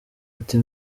ati